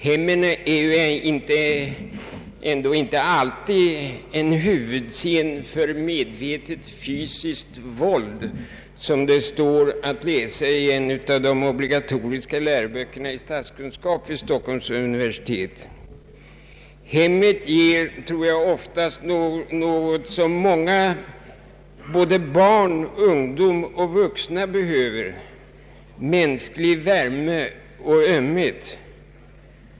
Hemmen är ju ändå inte alltid ”en huvudscen för medvetet fysiskt våld”, som det står att läsa i en av de obligatoriska läroböckerna i statskunskap vid Stockholms universitet. Hemmet ger oftast, tror jag, något som många både barn, ungdom och vuxna behöver: mänsklig värme och ömhet.